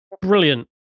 brilliant